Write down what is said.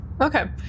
Okay